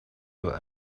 your